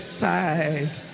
side